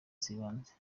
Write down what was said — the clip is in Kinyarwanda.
z’ibanze